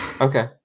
okay